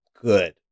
good